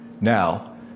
now